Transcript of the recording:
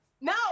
No